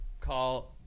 call